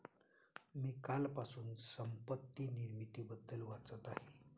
मी कालपासून संपत्ती निर्मितीबद्दल वाचत आहे